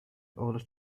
order